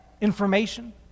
information